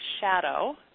shadow